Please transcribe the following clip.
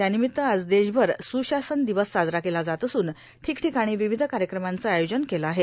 त्यानिमित्त आज देशभर सुशासन दिवस साजरा केला जात असून ठिकठिकाणी विविध कार्यक्रमांचं आयोजन केलं आहे